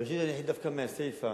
ראשית, אני אתחיל דווקא מהסיפא.